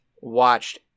watched